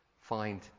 find